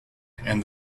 and